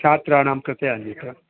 छात्राणां कृते अन्यत्